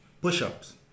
push-ups